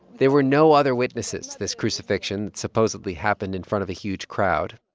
there were no other witnesses to this crucifixion that supposedly happened in front of a huge crowd.